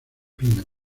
pino